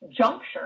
juncture